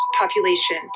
population